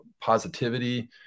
positivity